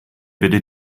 bitte